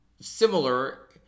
Similar